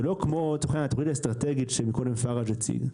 זה לא כמו התכנית האסטרטגית שפרג' הציג מקודם,